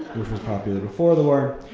which was popular before the war.